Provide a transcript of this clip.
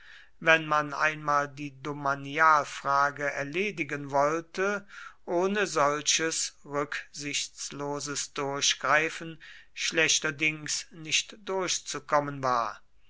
wenn man einmal die domanialfrage erledigen wollte ohne solches rücksichtsloses durchgreifen schlechterdings nicht durchzukommen war